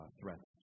threats